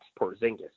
Porzingis